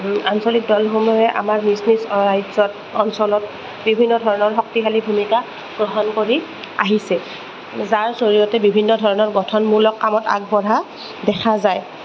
আঞ্চলিক দলসমূহে আমাৰ নিজ নিজ ৰাজ্যত অঞ্চলত বিভিন্ন ধৰণৰ শক্তিশালী ভূমিকা গ্ৰহণ কৰি আহিছে যাৰ জৰিয়তে বিভিন্ন ধৰণৰ গঠনমূলক কামত আগবঢ়া দেখা যায়